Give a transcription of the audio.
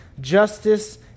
justice